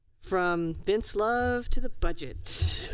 from vince love to the budget.